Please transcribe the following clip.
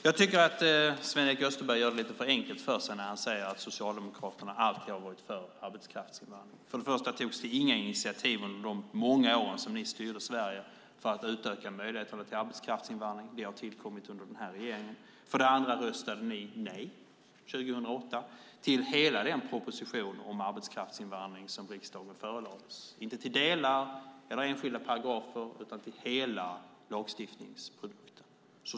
Jag tycker att Sven-Erik Österberg gör det lite för enkelt för sig när han säger att Socialdemokraterna alltid har varit för arbetskraftsinvandring. För det första togs det inga initiativ under de många år som ni styrde Sverige för att utöka möjligheterna till arbetskraftsinvandring. De har tillkommit under denna regering. För det andra röstade ni nej 2008 till hela den proposition om arbetskraftsinvandring som riksdagen förelades, inte till delar eller enskilda paragrafer utan till hela lagstiftningsprodukten.